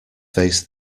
face